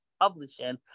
Publishing